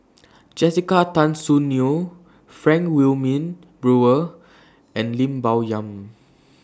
Jessica Tan Soon Neo Frank Wilmin Brewer and Lim Bo Yam